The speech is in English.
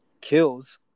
kills